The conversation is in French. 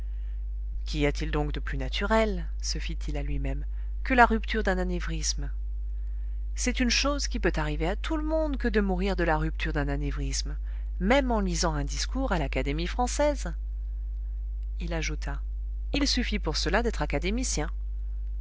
qu'y a-t-il donc de plus naturel se fit-il à lui-même que la rupture d'un anévrisme c'est une chose qui peut arriver à tout le monde que de mourir de la rupture d'un anévrisme même en lisant un discours à l'académie française il ajouta il suffit pour cela d'être académicien